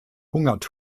genannt